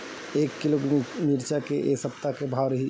एक किलोग्राम मिरचा के ए सप्ता का भाव रहि?